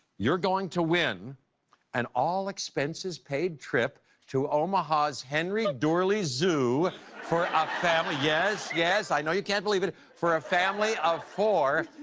you are going to win an all expenses paid trip to omaha's henry doorly zoo for a family, yes, yes, i know you can't believe it, for a family of four.